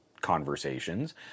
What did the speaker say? conversations